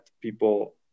people